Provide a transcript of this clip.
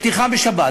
פתיחה בשבת.